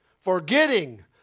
forgetting